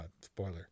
Spoiler